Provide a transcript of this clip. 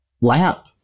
lap